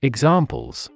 Examples